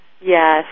Yes